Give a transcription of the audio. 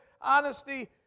honesty